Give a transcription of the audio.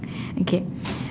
okay